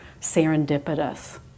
serendipitous